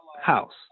House